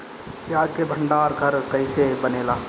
प्याज के भंडार घर कईसे बनेला?